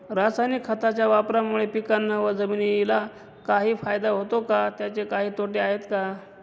रासायनिक खताच्या वापरामुळे पिकांना व जमिनीला काही फायदा होतो का? त्याचे काही तोटे आहेत का?